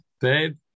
babe